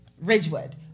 Ridgewood